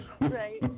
right